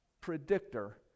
predictor